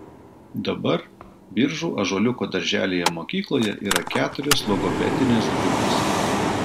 dabar biržų ąžuoliuko darželyje mokykloje yra keturios logopedinės grupės